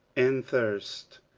and thirst,